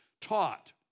taught